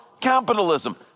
Capitalism